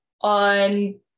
on